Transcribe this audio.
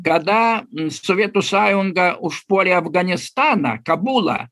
kada sovietų sąjunga užpuolė afganistaną kabulą